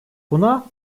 buna